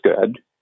good